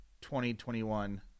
2021